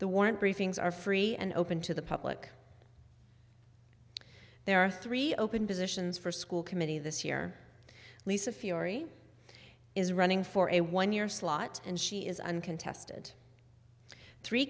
the warrant briefings are free and open to the public there are three open positions for school committee this year lisa fiore is running for a one year slot and she is uncontested three